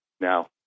Now